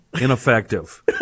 ineffective